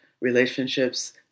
relationships